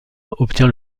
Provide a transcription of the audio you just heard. obtient